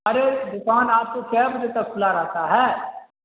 ارے دکان آپ کو کے بجے تک کھلا رہتا ہے